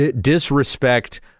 disrespect